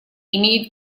имеет